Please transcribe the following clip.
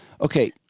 Okay